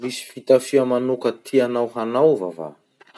Misy fitafia manoka tianao hanaova va?